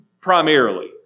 primarily